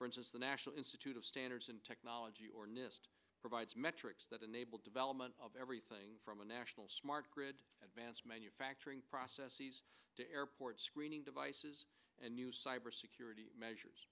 for instance the national institute of standards and technology or nist provides metrics that enable development of everything from a national smart grid advanced manufacturing process to airport screening devices and new cyber security measures